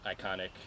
iconic